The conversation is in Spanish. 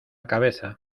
cabeza